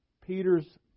Peter's